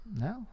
No